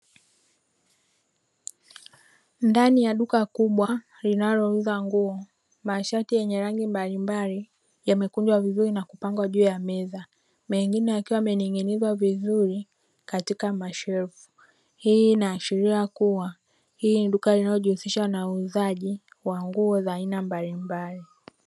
Ndani ya duka kubwa linalouza nguo, mashati yenye rangi mbalimbali, yamekunjwa vizuri na kupangwa juu ya meza, mengine yakiwa wamening'inizwa vizuri katika mashelfu. Hii inaashiria kuwa hii ni duka linalojihusisha na uuzaji wa nguo za aina mbalimbali.